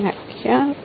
વિદ્યાર્થી 2D